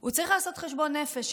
הוא צריך לעשות חשבון נפש.